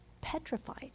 petrified